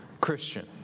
Christian